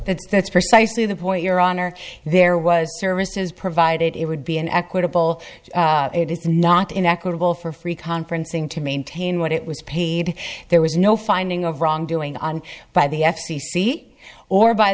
that's that's precisely the point your honor there was services provided it would be an equitable it is not an equitable for free conferencing to maintain what it was paid there was no finding of wrongdoing on by the f c c or by